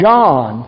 John